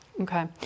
Okay